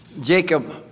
Jacob